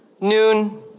noon